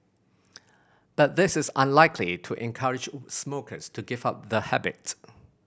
but this is unlikely to encourage smokers to give up the habit